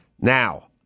Now